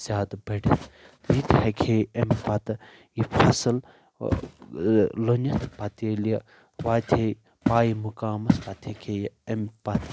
زیادٕ بٔڑِتھ یہِ تہِ ہیٚکہِ ہے اَمہِ پتہٕ یہِ فصل لوٚنِتھ پتہٕ ییٚلہِ یہِ واتہِ ہے پایہِ مُقامس پتہٕ ہیٚکہِ ہے یہِ امہِ پتہٕ